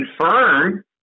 confirm